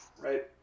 right